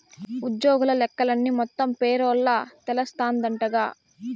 ఉజ్జోగుల లెక్కలన్నీ మొత్తం పేరోల్ల తెలస్తాందంటగా